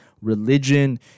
religion